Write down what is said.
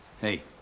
Hey